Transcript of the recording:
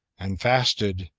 and fasted,